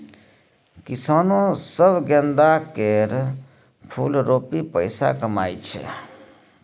किसानो सब गेंदा केर फुल रोपि पैसा कमाइ छै